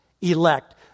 elect